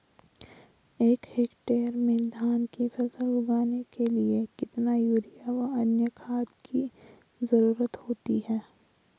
एक हेक्टेयर में धान की फसल उगाने के लिए कितना यूरिया व अन्य खाद की जरूरत होती है?